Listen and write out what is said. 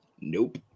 Nope